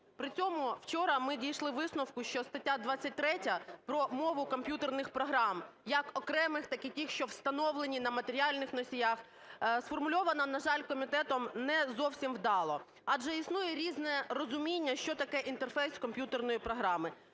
При цьому вчора ми дійшли висновку, що стаття 23 про мову комп'ютерних програм як окремих, так і тих, що встановлені на матеріальних носіях, сформульовано, на жаль, комітетом не зовсім вдало, адже існує різне розуміння, що таке інтерфейс комп'ютерної програми.